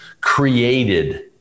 created